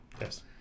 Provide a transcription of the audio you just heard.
Yes